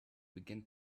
begin